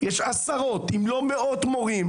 יש עשרות, אם לא מאות מורים,